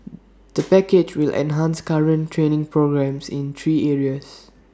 the package will enhance current training programmes in three areas